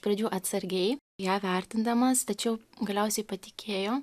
pradžių atsargiai ją vertindamas tačiau galiausiai patikėjo